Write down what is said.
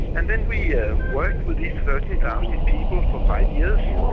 and then we ah worked with these thirteen thousand people for five years,